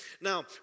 Now